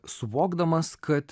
suvokdamas kad